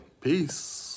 Peace